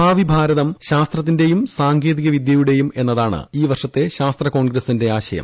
ഭാവിഭാരതം ശാസ്ത്രത്തിന്റെയും സാങ്കേതിക വിദ്യയുടെയും എന്നതാണ് ഈ വർഷത്ത് ്ൾാസ്ത്ര കോൺഗ്രസിന്റെ ആശയം